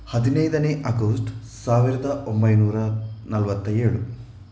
ಹದಿನೈದನೇ ಆಗೋಸ್ಟ್ ಸಾವಿರದ ಒಂಬೈನೂರ ನಲವತ್ತ ಏಳು